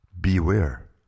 Beware